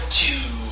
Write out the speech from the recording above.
two